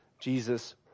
Jesus